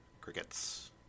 crickets